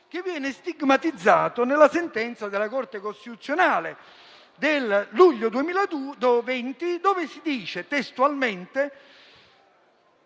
che viene stigmatizzato nella sentenza della Corte costituzionale del luglio 2020, in cui si dice testualmente